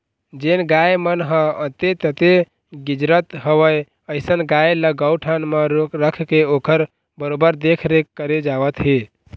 जेन गाय मन ह अंते तंते गिजरत हवय अइसन गाय ल गौठान म रखके ओखर बरोबर देखरेख करे जावत हे